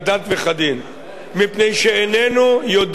מפני שאיננו יודעים עדיין את הפרטים.